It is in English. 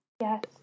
yes